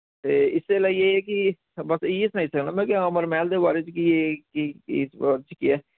ते इसलै एह् कि बस इयै सनाई सकना में अमर मैह्ल दे बारे च कि ए की इस व च केह् ऐ